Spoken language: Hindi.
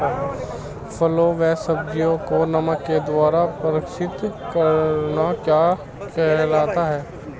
फलों व सब्जियों को नमक के द्वारा परीक्षित करना क्या कहलाता है?